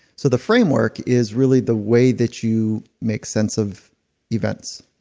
so the framework is really the way that you make sense of events.